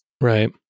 Right